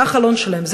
זה החלון שלהם,